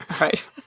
Right